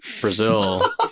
Brazil